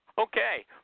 Okay